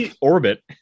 orbit